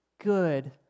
good